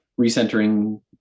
recentering